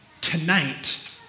tonight